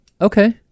Okay